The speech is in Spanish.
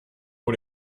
por